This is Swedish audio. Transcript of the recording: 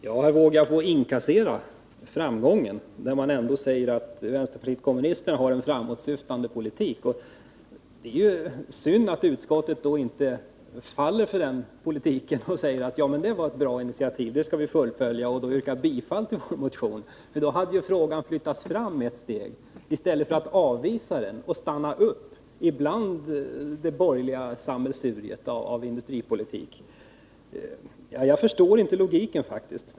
Herr talman! Jag får inkassera framgången, herr Wååg, när ni säger att vänsterpartiet kommunisterna har en framåtsyftande politik. Det är synd att utskottet då inte faller för den politiken och säger att det var ett bra initiativ som skall fullföljas och därmed tillstyrka vår motion. Då hade frågan flyttats fram ett steg i stället för att avvisas och stanna upp i det borgerliga sammelsuriet inom industripolitiken. Jag förstår faktiskt inte logiken.